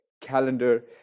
calendar